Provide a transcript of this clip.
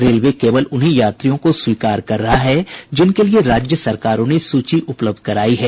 railway केवल उन्हीं यात्रियों को स्वीकार कर रहा है जिनके लिए राज्य सरकारों ने सूची उपलब्ध कराई है